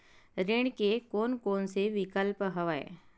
ऋण के कोन कोन से विकल्प हवय?